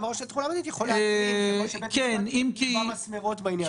יכול להיות שבית המשפט יקבע מסמרות בעניין הזה.